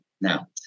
now